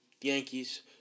Yankees